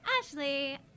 Ashley